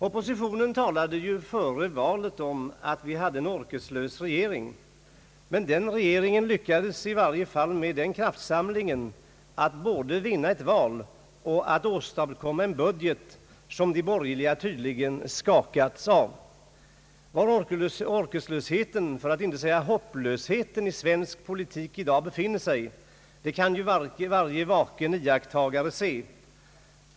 Oppositionen talade före valet om att vi har en orkeslös regering, men den regeringen lyckades i varje fall med den kraftsamlingen att både vinna ett val och åstadkomma en budget, som de borgerliga tydligen skakats av. Var orkeslösheten, för att inte säga hopplösheten i svensk politik i dag befinner sig kan varje vaken iakttagare se.